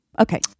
Okay